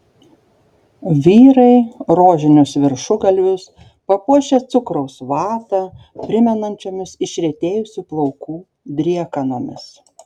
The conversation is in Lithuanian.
vyrai rožinius viršugalvius papuošę cukraus vatą primenančiomis išretėjusių plaukų driekanomis